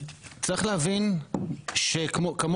צריך להבין שכמוך,